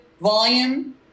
volume